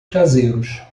caseiros